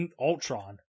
Ultron